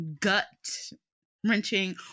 gut-wrenching